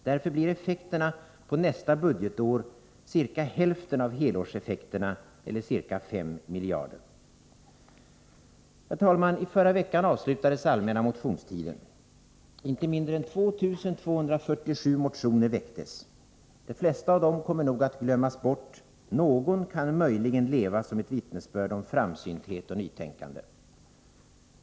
Därför blir effekterna på nästa budgetår ungefär hälften av helårseffekterna, eller ca 5 miljarder kronor. Herr talman! I förra veckan avslutades den allmänna motionstiden. Inte mindre än 2 148 motioner väcktes. De flesta av dem kommer nog att glömmas bort — någon kan möjligen leva som ett vittnesbörd om framsynthet och nytänkande.